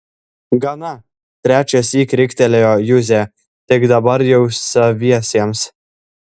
gana trečiąsyk riktelėjo juzė tik dabar jau saviesiems